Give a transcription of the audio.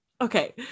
okay